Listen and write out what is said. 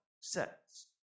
sets